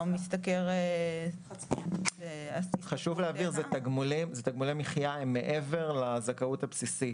חשוב להבהיר: זה תגמולי מחיה מעבר לזכאות הבסיסית.